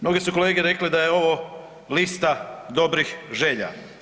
Mnogi su kolege rekli da je ovo lista dobrih želja.